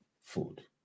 food